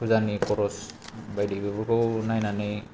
फुजानि खरस बायदि बेफोरखौ नायनानै